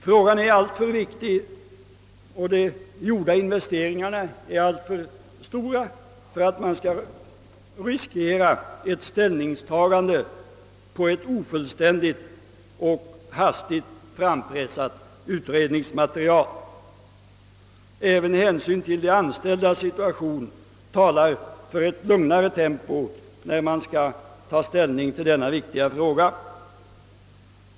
Frågan är alltför viktig och de gjorda investeringarna alltför stora för att man skall riskera ett ställningstagande på grundval av ett ofullständigt och hastigt frampressat utredningsmaterial. Även hänsyn till de anställdas situation talar för ett lugnare tempo vid detta väsentliga avgörande.